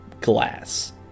glass